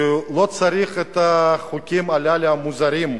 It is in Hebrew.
כי הוא לא צריך את החוקים הללו, המוזרים.